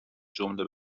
جمله